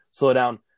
slowdown